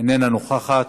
אינה נוכחת,